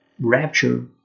rapture